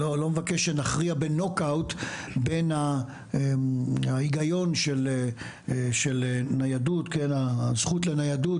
לא מבקש שנכריע בנוקאאוט בין ההיגיון של הזכות לניידות